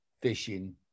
fishing